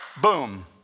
Boom